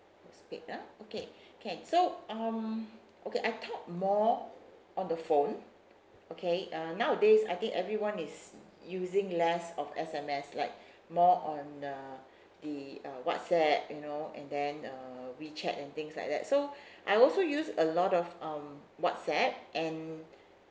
postpaid ah okay can so um okay I talk more on the phone okay uh nowadays I think everyone is using less of S_M_S like more on uh the uh whatsapp you know and then uh wechat and things like that so I also use a lot of um whatsapp and